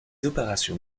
opérations